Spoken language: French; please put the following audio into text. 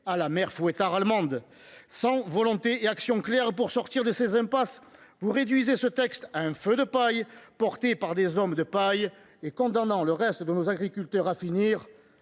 à la Mère Fouettarde allemande ! Sans volonté d’avoir une action claire pour sortir de ces impasses, vous réduisez ce texte à un feu de paille porté par des hommes de paille et condamnant le reste de nos agriculteurs à finir…